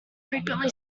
frequently